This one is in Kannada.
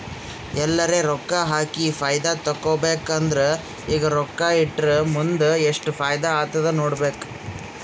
ಎಲ್ಲರೆ ರೊಕ್ಕಾ ಹಾಕಿ ಫೈದಾ ತೆಕ್ಕೋಬೇಕ್ ಅಂದುರ್ ಈಗ ರೊಕ್ಕಾ ಇಟ್ಟುರ್ ಮುಂದ್ ಎಸ್ಟ್ ಫೈದಾ ಆತ್ತುದ್ ನೋಡ್ಬೇಕ್